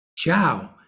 Ciao